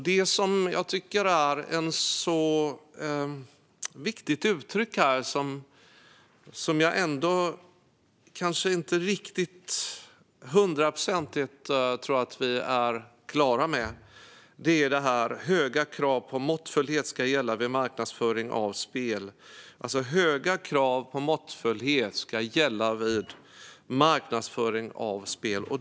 Det som jag tycker är ett viktigt uttryck här och som jag kanske inte tror att vi är hundraprocentigt klara med är det här med att höga krav på måttfullhet ska gälla vid marknadsföring av spel.